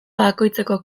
bakoitzeko